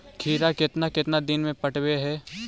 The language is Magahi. खिरा केतना केतना दिन में पटैबए है?